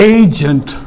agent